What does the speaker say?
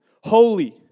holy